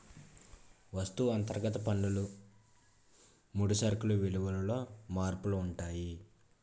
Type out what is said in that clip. వస్తువు అంతర్గత పన్నులు ముడి సరుకులు విలువలలో మార్పులు ఉంటాయి